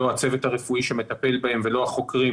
לא הצוות הרפואי שמטפל בהם ולא החוקרים,